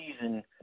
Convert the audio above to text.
season